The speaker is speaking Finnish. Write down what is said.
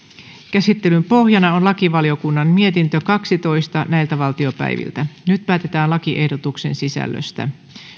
käsittelyn pohjana on lakivaliokunnan mietintö kaksitoista nyt päätetään lakiehdotuksen sisällöstä